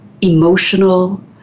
emotional